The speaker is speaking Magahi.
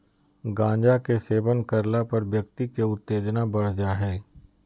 गांजा के सेवन करला पर व्यक्ति के उत्तेजना बढ़ जा हइ